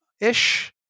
ish